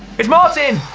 it's martin!